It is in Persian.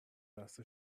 دست